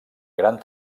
gran